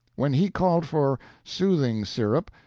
when he called for soothing-syrup,